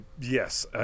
yes